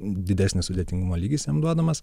didesnis sudėtingumo lygis jam duodamas